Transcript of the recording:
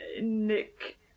Nick